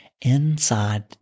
inside